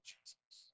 Jesus